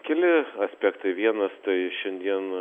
keli aspektai vienas tai šiandien